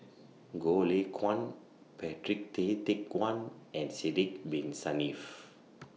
Goh Lay Kuan Patrick Tay Teck Guan and Sidek Bin Saniff